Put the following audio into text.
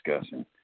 discussing